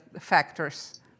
factors